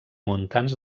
muntants